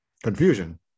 confusion